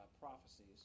prophecies